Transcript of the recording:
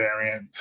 variant